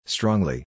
Strongly